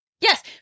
yes